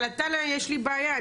אבל עטאללה יש לי בעיה,